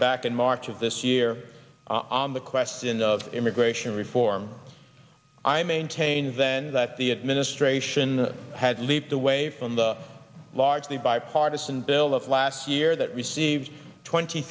back in march of this year on the question of immigration reform i maintain then that the administration had leaped away from the largely bipartisan bill of last year that received twenty